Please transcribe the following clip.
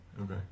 Okay